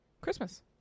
Christmas